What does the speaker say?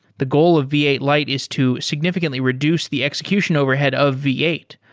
the goal of v eight lite is to significantly reduce the execution overhead of v eight.